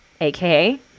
aka